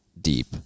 deep